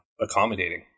accommodating